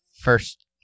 first